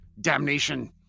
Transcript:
Damnation